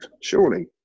surely